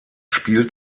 spielt